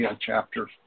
chapter